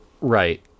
Right